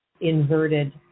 inverted